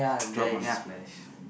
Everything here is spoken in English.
drop on the splash